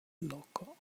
loco